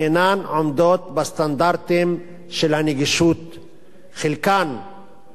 אינן עומדות בסטנדרטים של הנגישות לנכים.